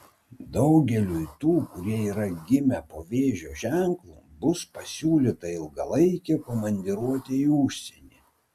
daugeliui tų kurie yra gimę po vėžio ženklu bus pasiūlyta ilgalaikė komandiruotė į užsienį